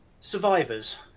Survivors